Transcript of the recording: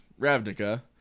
Ravnica